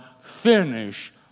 finish